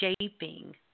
shaping